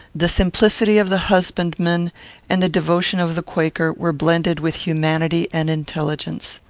the simplicity of the husbandman and the devotion of the quaker were blended with humanity and intelligence.